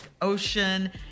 ocean